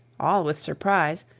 all with surprise,